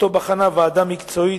שבחנה ועדה מקצועית,